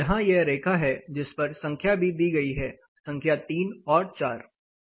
यहां यह रेखा है जिसपर संख्या भी दी गई है है संख्या 3 और 4